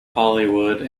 hollywood